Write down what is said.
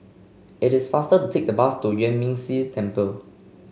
it is faster to take the bus to Yuan Ming Si Temple